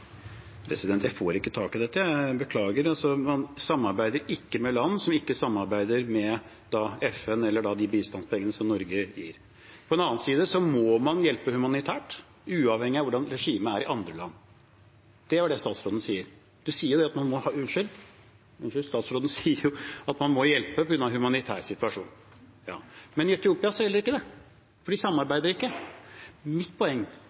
Jeg får ikke tak i dette – beklager. Man samarbeider ikke med land som ikke samarbeider med FN, med de bistandspengene som Norge gir. På den annen side må man hjelpe humanitært, uavhengig av hvordan regimet er i andre land. Det er det statsråden sier. Statsråden sier jo at man må hjelpe på grunn av den humanitære situasjonen. Men i Etiopia gjelder ikke det, for de samarbeider ikke. Mitt poeng er at man har akseptert dem som stemmer for